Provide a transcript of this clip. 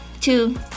two